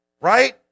Right